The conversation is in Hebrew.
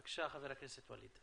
בבקשה, חבר הכנסת ווליד.